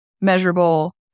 measurable